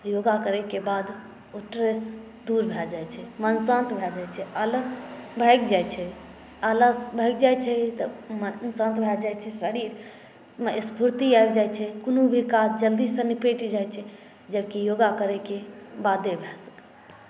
योग करयके बाद ओ स्ट्रेस दूर भए जाइत छै मोन शान्त भए जाइत छै अलग भागि जाइत छै आलस भागि जाइत छै तऽ शान्त भए जाइत छै शरीरमे स्फूर्ति आबि जाइत छै कोनो भी काज जल्दीसँ निपटि जाइत छै जबकि योग करयके बादे भए सकल